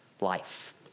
life